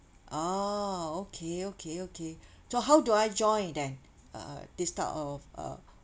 oh okay okay okay so how do I join then uh this type of uh